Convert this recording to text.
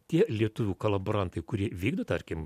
tie lietuvių kolaborantai kurie vykdo tarkim